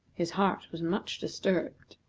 his heart was much disturbed.